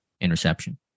interception